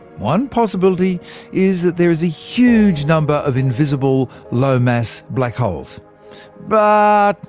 one possibility is that there is a huge number of invisible low mass black holes but,